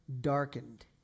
darkened